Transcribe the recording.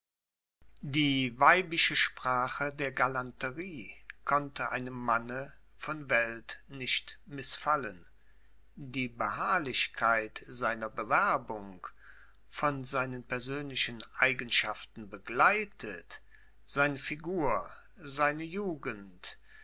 die weibische sprache der galanterie konnte an einem manne von welt nicht mißfallen die beharrlichkeit seiner bewerbung von seinen persönlichen eigenschaften begleitet seine figur seine jugend